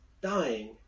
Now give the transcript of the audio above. dying